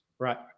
Right